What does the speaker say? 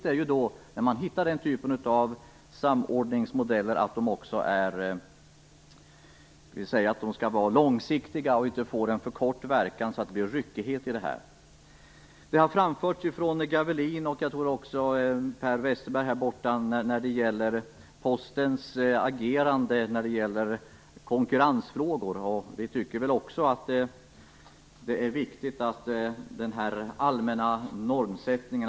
När man kommer fram till den typen av samordningsmodeller är det viktigt att de har en långsiktig uppläggning. De skall inte ha en så kortvarig karaktär att det blir en ryckighet. Torsten Gavelin och Per Westerberg har pekat på Postens agerande i konkurrensfrågor. Också vi tycker att det är viktigt med den allmänna normsättningen.